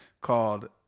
called